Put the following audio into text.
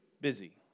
busy